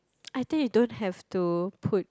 I think you don't have to put